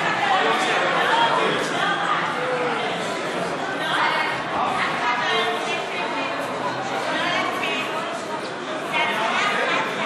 חוק בנק ישראל (תיקון מס' 7), התשע"ט 2018, נתקבל.